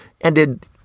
ended